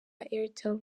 airtel